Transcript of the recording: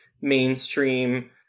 mainstream